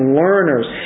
learners